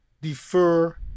defer